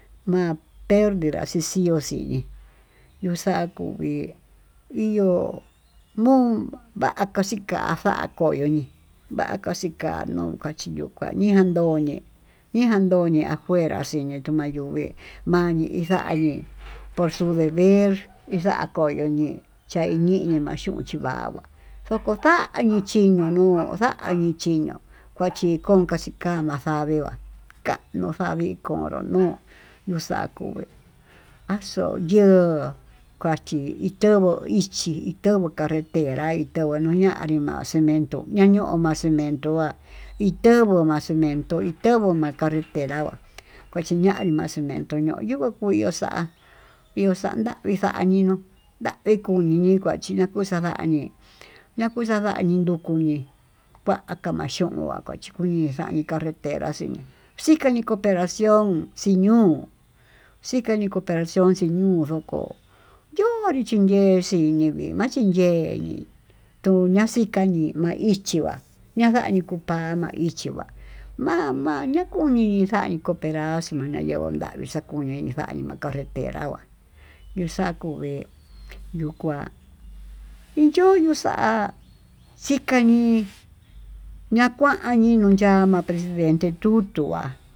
Ma'a perdida xi xi ho xii yuxakuvii iyo'ó kón vakaxii kaxa'a koyoñi, vakaxikanuu kokachika ñientó oñe'e yejandoñiá fuera ximi ximayoñi mani xani por su dever, ixa'a koyo ñe'e chaiñiñi maxhuinxhí va va yokotañi uchiñuu ñu'u vañiu chiñuu uu xañii chí viño kuachikó, ukaxikama xavia ka'a noxavii konró no'ó yuu xakuvé, axo'o yo'o kuachí itovó ichí itovo carretera y itovo noñatí manxenentoña ño'o maxenetoña nonraí mandenentoña ño'o ma'a nru'a itovo ma'a xenetoí itovó ma'a carretera va'a kuchiñani ma'a cementó ño'o yuu kuii uaxa'a yuxa nravii xa'a ninó ndavini kunini kuachí nakuxadañí, ñakuxadañi ndukuñí kuá kaxhuñió ha kuchi kuñii kañii carretera xhín xhikani coperación xiño'o xikani coperación xhiño'o yoko, yonii xhin nré xiñiyi manchin yee toña'a xhikañi ma'í ichíva vaxañi kunpa'a maichí va'á ma'a ma'a ñakuñii xaí coperá mayaño'o ndavii xakuñi ndavii, ma'a carretera va'á yuu xakuu ve'é yuu kuá inyoyo xa'á xhikañii ñakuáñii nuu yama'a presidenté ndutu'á.